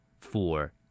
Four